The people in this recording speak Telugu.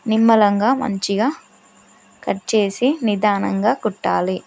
నిమ్మలంగా మంచిగా కట్ చేసి నిదానంగా కుట్టాలి